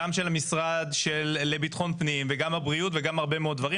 גם של המשרד לבטחון פנים וגם הבריאות וגם הרבה מאוד דברים.